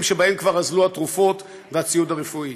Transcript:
שבהם כבר אזלו התרופות והציוד הרפואי.